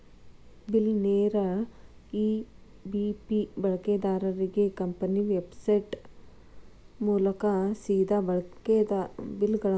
ಬಿಲ್ಲರ್ನೇರ EBP ಬಳಕೆದಾರ್ರಿಗೆ company website ಮೂಲಕಾ ಸೇದಾ ಬಿಲ್ಗಳನ್ನ ಪಾವತಿಸ್ಲಿಕ್ಕೆ ಅನುಮತಿಸ್ತದ